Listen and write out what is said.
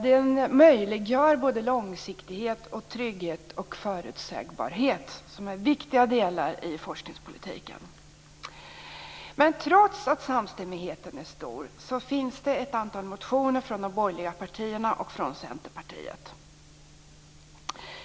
Den möjliggör långsiktighet, trygghet och förutsägbarhet - viktiga delar i forskningspolitiken. Trots att samstämmigheten är stor finns det ett antal motioner från de borgerliga partierna och från Centerpartiet.